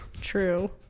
true